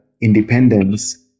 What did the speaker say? independence